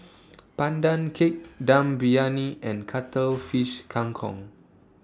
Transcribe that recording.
Pandan Cake Dum Briyani and Cuttlefish Kang Kong